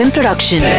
Production